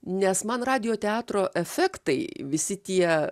nes man radijo teatro efektai visi tie